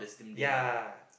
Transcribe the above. ya